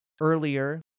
Earlier